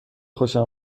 خوشم